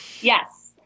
yes